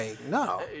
no